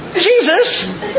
Jesus